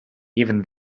even